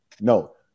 No